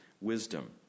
wisdom